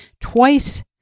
twice